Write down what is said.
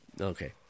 Okay